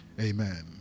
Amen